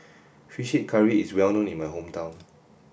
fish curry is well known in my hometown